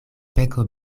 peko